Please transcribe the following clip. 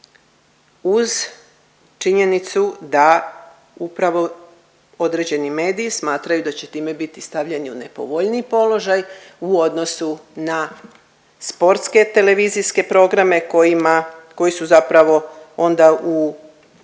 uz činjenicu da upravo određeni mediji smatraju da će time biti stavljeni u nepovoljniji položaj u odnosu na sportske televizijske programe kojima, koji su zapravo onda u